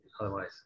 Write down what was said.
Otherwise